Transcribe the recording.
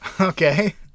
Okay